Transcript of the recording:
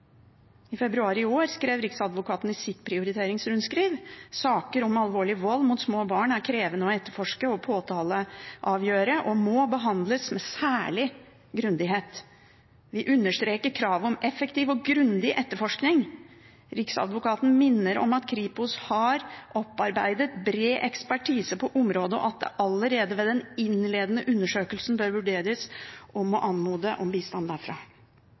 I februar i fjor skrev Riksadvokaten i sitt prioriteringsrundskriv om saker om alvorlig vold mot små barn, at de er: krevende å etterforske og påtaleavgjøre, og må behandles med særlig grundighet. Vi understreker kravet om effektiv og grundig etterforsking. Riksadvokaten minner om at Kripos har opparbeidet bred ekspertise på området, og at det allerede ved de innledende undersøkelser bør vurderes å anmode om bistand derfra.»